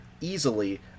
easily